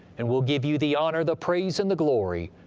and we'll give you the honor, the praise, and the glory.